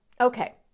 Okay